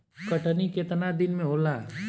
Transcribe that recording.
कटनी केतना दिन मे होला?